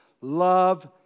Love